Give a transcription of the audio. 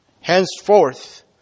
Henceforth